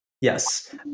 Yes